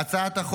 הצעת החוק,